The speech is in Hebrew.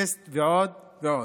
טסט ועוד ועוד.